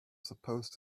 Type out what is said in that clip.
supposed